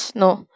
no